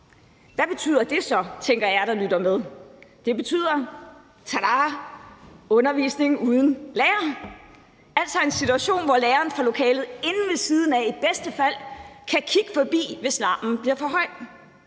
Hvad betyder det så? tænker jeg, der lytter med. Tadaa! Det betyder undervisning uden lærer, altså en situation, hvor læreren fra lokalet inde ved siden af i bedste fald kan kigge forbi, hvis larmen bliver for høj.